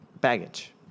baggage